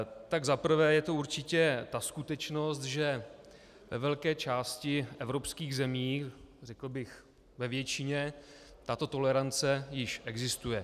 Tak za prvé je to určitě ta skutečnost, že ve velké části evropských zemí, řekl bych ve většině, tato tolerance již existuje.